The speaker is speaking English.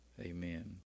amen